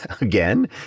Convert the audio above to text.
again